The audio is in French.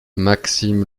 maxime